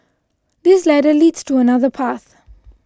this ladder leads to another path